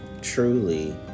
truly